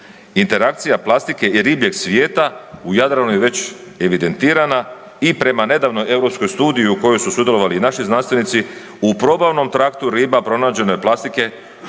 Interakcija plastike i ribljeg svijeta u Jadranu je već evidentirana i prema nedavnoj europskoj studiji u kojoj su sudjelovali i naši znanstvenici u probavnom traktu riba pronađeno je plastike